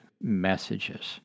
messages